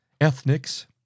ethnics